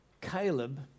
Caleb